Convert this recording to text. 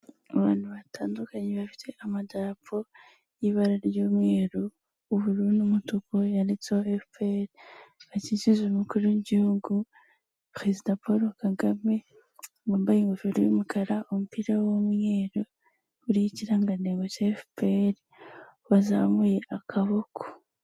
Abantu batandukanye bafite amadapo y'ibara ry'umweru ubururu n'umutuku yanditseho Efuperi bakikije umukuru w'igihugu perezida Poul Kagame wambaye ingofero y'umukara umupira w'umweru, uriho ikirangantego cya efuperi wazamuye akaboko.